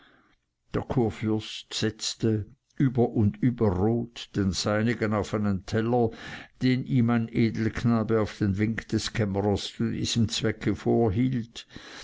setzte über und über rot den seinigen auf einen teller den ihm ein edelknabe auf den wink des kämmerers zu diesem zweck vorhielt